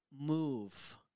Move